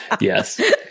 Yes